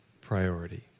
priority